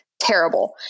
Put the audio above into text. terrible